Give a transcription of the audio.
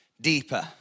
deeper